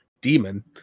demon